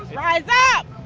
rise ah up.